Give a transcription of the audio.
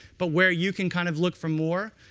but where you can kind of look for more.